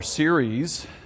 series